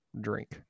drink